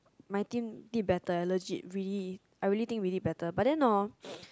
my team did better eh legit really I really think we did better but then hor